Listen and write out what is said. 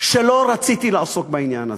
שלא רציתי לעסוק בעניין הזה,